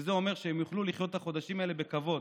שזה אומר שהן יוכלו לחיות את החודשים האלה בכבוד,